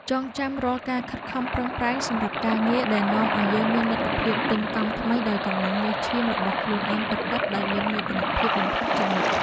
ចងចាំរាល់ការខិតខំប្រឹងប្រែងសម្រាប់ការងារដែលនាំឱ្យយើងមានលទ្ធភាពទិញកង់ថ្មីដោយកម្លាំងញើសឈាមរបស់ខ្លួនឯងពិតៗដោយមោទនភាពបំផុតជានិច្ច។